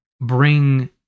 bring